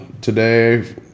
today